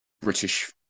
British